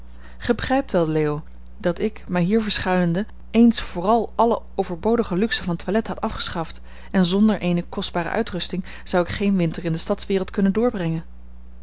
begrijpt wel leo dat ik mij hier verschuilende eens vooral alle overbodige luxe van toilet had afgeschaft en zonder eene kostbare uitrusting zou ik geen winter in de stadswereld kunnen doorbrengen